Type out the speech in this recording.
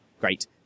great